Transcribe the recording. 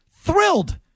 thrilled